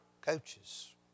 coaches